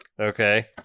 Okay